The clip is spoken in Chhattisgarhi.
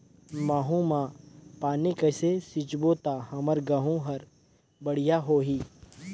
गहूं म पानी कइसे सिंचबो ता हमर गहूं हर बढ़िया होही?